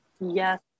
Yes